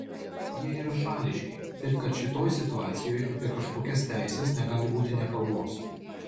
jie yra šališki taip kad šitoj situacijoj apie kažkokias teises negali būti nė kalbos